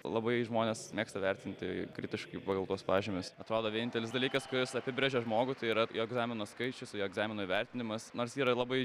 labai žmonės mėgsta vertinti kritiškai pagal tuos pažymius atrodo vienintelis dalykas kuris apibrėžia žmogų tai yra jo egzamino skaičius jo egzamino įvertinimas nors yra labai